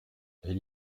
elle